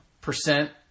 percent